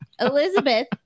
Elizabeth